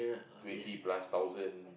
twenty plus thousand